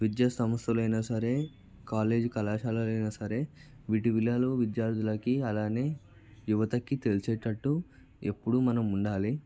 విద్యా సంస్థలైనా సరే కాలేజీ కళాశాలైనా సరే వీటి విలువలు విద్యార్థులకి అలానే యువతకి తెలిసేటట్టు ఎప్పుడూ మనం ఉండాలి